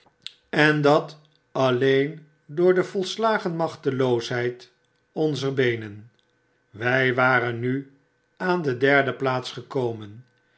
en dat alleen door de volslagen machteloosheid onzer beenen wij waren nu aan de derde plaats gekomen